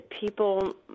people